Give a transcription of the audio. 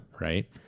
right